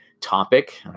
topic